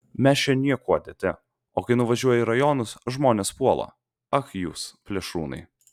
mes čia niekuo dėti o kai nuvažiuoji į rajonus žmonės puola ach jūs plėšrūnai